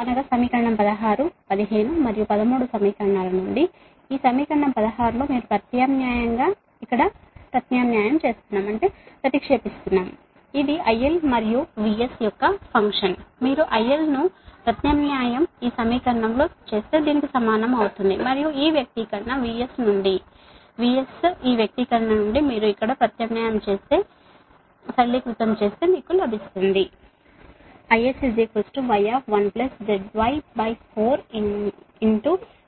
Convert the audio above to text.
ఇప్పుడు సమీకరణం 16 15 మరియు 13 సమీకరణాల నుండి ఈ 16 వ సమీకరణం లో మీరు ప్రత్యామ్నాయం గా నేను ఇక్కడ ప్రతిక్షేపిస్తున్నాను ఇది IL మరియు VS యొక్క ఫంక్షన్ మీరు IL ను ప్రత్యామ్నాయం ఈ సమీకరణం లో దీనికి సమానం మరియు ఈ వ్యక్తీకరణ VS నుండి VS ఈ వ్యక్తీకరణ నుండి మీరు ఇక్కడ ప్రతిక్షేపించి సాధన చేస్తే మీకు లభిస్తుంది IS Y1ZY4